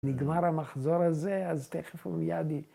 ‫נגמר המחזור הזה, ‫אז תכף אומיידי...